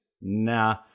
Nah